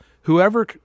whoever